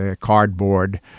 Cardboard